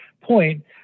point